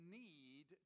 need